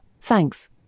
thanks